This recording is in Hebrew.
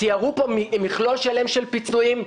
תיארו פה מכלול שלם של פיצויים.